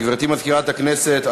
גברתי מזכירת הכנסת,